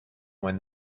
when